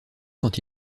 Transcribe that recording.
quand